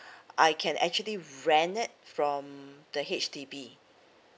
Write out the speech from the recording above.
I can actually rent it from the H_D_B